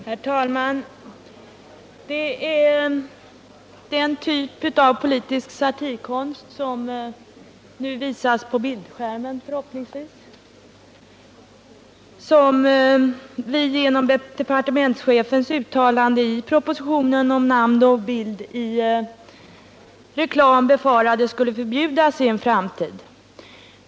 Herr talman! Det är den typ av politisk satirkonst som nu förhoppningsvis visas på bildskärmen som vi genom departementschefens uttalande i propositionen om namn och bild i reklam befarade skulle förbjudas i en framtid.